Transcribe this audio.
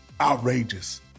outrageous